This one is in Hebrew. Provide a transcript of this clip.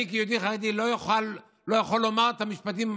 אני כיהודי חרדי לא יכול לומר את המשפטים.